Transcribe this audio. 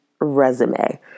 resume